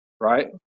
right